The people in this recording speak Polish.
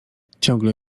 ciągle